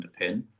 underpin